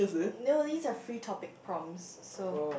no these are free topic prompts so